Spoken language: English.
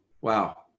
Wow